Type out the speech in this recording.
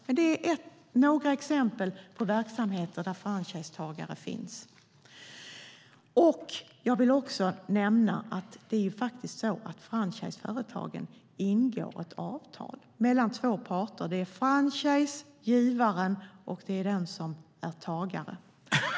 Men det är några exempel på verksamheter där franchisetagare finns. Jag vill också nämna att franchiseföretagen ingår ett avtal mellan två parter, mellan franchisegivaren och tagaren.